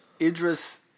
Idris